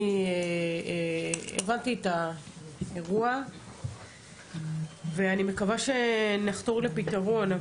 אני הבנתי את האירוע ואני מקווה שנחתור לפתרון.